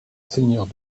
seigneurs